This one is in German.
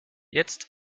jetzt